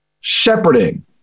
shepherding